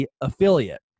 affiliate